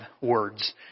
words